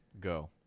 Go